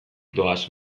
doaz